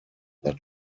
that